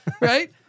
Right